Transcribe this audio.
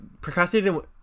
Procrastinating